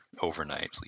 overnight